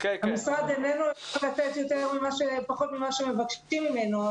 המשרד איננו יכול לתת יותר ממה שמבקשים ממנו.